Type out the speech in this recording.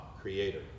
Creator